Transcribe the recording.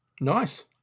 Nice